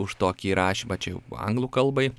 už tokį įrašymą čia jau anglų kalbai